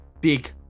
big